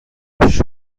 پیش